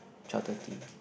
twelve thirty